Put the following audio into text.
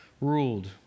ruled